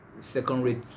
second-rate